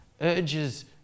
urges